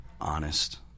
honest